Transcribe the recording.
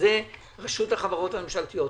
רשות החברות הממשלתיות,